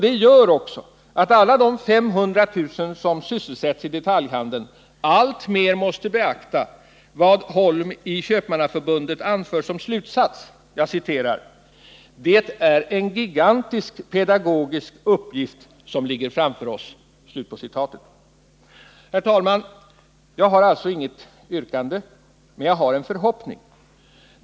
Det gör också att alla de 500 000 människor som sysselsätts i detaljhandeln alltmer måste beakta vad E. O. Holm i Köpmannaförbundet anför som slutsats: ”Det är en gigantisk pedagogisk uppgift som ligger framför oss.” Herr talman! Jag har alltså inget yrkande, men jag har en förhoppning.